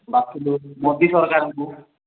ବାଛିଲୁ ମୋଦି ସରକାରଙ୍କୁ